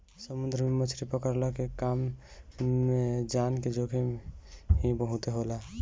समुंदर में मछरी पकड़ला के काम में जान के जोखिम ही बहुते होला